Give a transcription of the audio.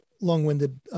long-winded